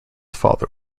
father